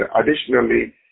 Additionally